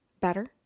better